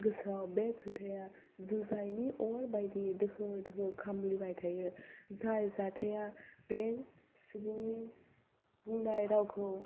गोसोआव बे खोथाया जुजाइनि अर बायदि दोहो दोहो खामग्लिबाय थायो जाय जाथाया बे सुबुंनि बुंनाय रावखौ